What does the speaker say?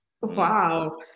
Wow